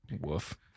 Woof